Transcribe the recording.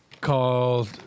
called